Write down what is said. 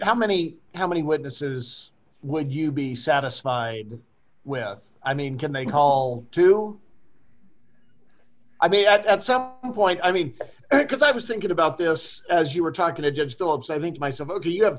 how many how many witnesses would you be satisfied with i mean can they call two i mean at some point i mean because i was thinking about this as you were talking to judge billups i think myself ok you have